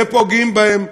ופוגעים בהן,